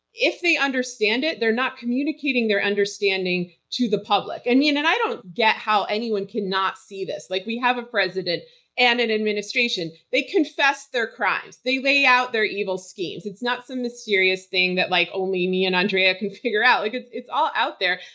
if they understand it, they're not communicating their understanding to the public. and and and i don't get how anyone can not see this. like we have a president and an administration, they confess their crimes. they lay out their evil schemes. it's not some mysterious thing that like only me and andrea can figure out. like it's it's all out there.